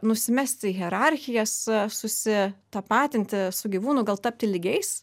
nusimesti hierarchijas susitapatinti su gyvūnu gal tapti lygiais